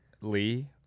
lee